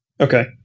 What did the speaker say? Okay